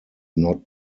not